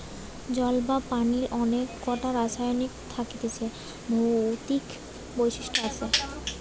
জল বা পানির অনেক কোটা রাসায়নিক থাকতিছে ভৌতিক বৈশিষ্ট আসে